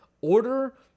order